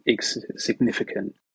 significant